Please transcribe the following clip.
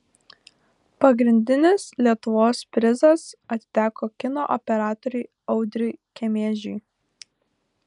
pagrindinis lietuvos prizas atiteko kino operatoriui audriui kemežiui